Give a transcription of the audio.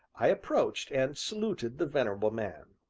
i approached, and saluted the venerable man.